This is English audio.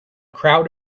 crowd